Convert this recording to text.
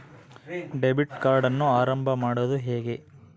Debit ಕಾರ್ಡನ್ನು ಆರಂಭ ಮಾಡೋದು ಹೇಗೆ?